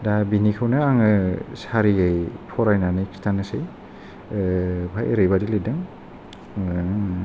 दा बिनिखौनो आङो सारियै फरायनानै खिन्थानोसै बेहाय ओरैबायदि लेरदों